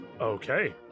Okay